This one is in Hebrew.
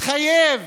התחייב